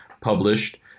published